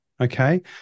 Okay